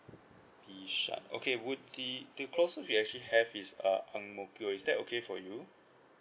bishan okay would the the close we actually have is uh ang mo kio is that okay for you